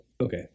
okay